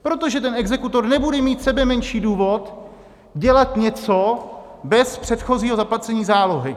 Protože ten exekutor nebude mít sebemenší důvod dělat něco bez předchozího zaplacení zálohy.